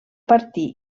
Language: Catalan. partir